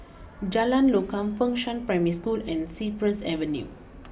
Jalan Lokam Fengshan Primary School and Cypress Avenue